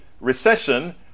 recession